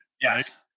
Yes